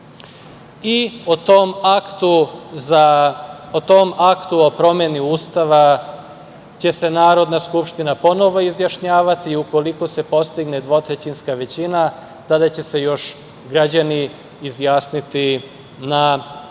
i o tom aktu o promeni Ustava će se Narodna skupština ponovo izjašnjavati, ukoliko se postigne dvotrećinska većina tada će se još građani izjasniti na